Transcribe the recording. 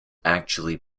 actually